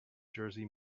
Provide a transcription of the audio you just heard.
jersey